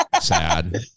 sad